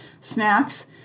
snacks